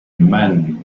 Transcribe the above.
man